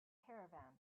caravan